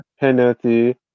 penalty